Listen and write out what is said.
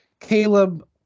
Caleb